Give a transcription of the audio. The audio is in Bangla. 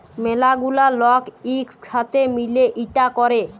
ম্যালা গুলা লক ইক সাথে মিলে ইটা ক্যরে